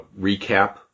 recap